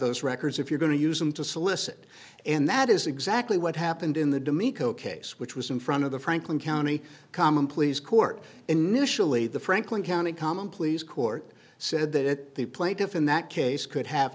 those records if you're going to use them to solicit and that is exactly what happened in the dem eco case which was in front of the franklin county common pleas court initially the franklin county common pleas court said that it the plaintiff in that case could have